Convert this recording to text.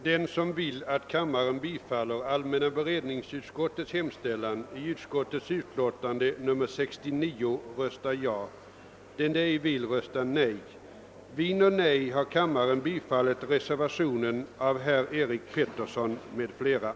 Aldrig får man vara riktigt glad, herr talman! den det ej vill röstar nej. den det ej vill röstar nej. den det ej vill röstar nej. Värdesäkert lön Sparande 50